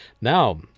Now